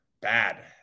bad